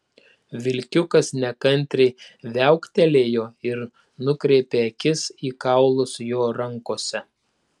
vilkiukas nekantriai viauktelėjo ir nukreipė akis į kaulus jo rankose